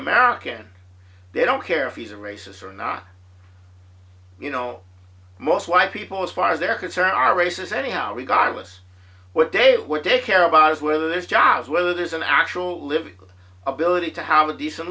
american they don't care if he's a racist or not you know most white people as far as they're concerned are races anyhow regardless what day what they care about is whether there's jobs whether there's an actual living ability to have a decent